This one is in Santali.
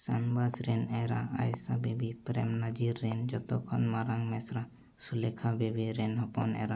ᱥᱟᱱᱵᱷᱟᱥ ᱨᱮᱱ ᱮᱨᱟ ᱟᱭᱮᱥᱟ ᱵᱤᱵᱤ ᱯᱨᱮᱢ ᱱᱟᱡᱤᱨ ᱨᱮᱱ ᱡᱚᱛᱚᱠᱷᱚᱱ ᱢᱟᱨᱟᱝ ᱢᱮᱥᱨᱟ ᱥᱩᱞᱮᱠᱷᱟ ᱵᱤᱵᱤ ᱨᱮᱱ ᱦᱚᱯᱚᱱ ᱮᱨᱟ